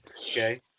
Okay